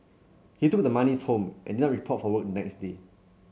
he took the monies home and not report for work the next day